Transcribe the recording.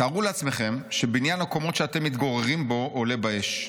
"תארו לעצמכם שבניין הקומות שאתם מתגוררים בו עולה באש.